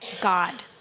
God